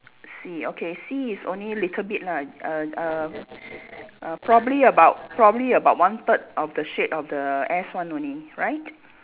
C okay C is only a little bit lah uh uh uh probably about probably about one third of the shape of the S one only right